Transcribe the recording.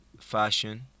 fashion